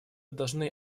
должны